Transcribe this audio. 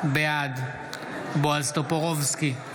בעד בועז טופורובסקי,